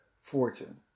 fortune